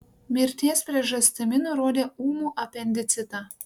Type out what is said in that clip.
mirties priežastimi nurodė ūmų apendicitą